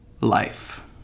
life